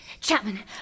Chapman